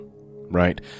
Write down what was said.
Right